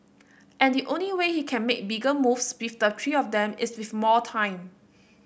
and the only way he can make bigger moves with the three of them is with more time